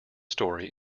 story